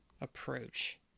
approach